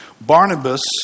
Barnabas